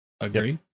Agree